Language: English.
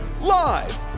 Live